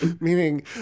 meaning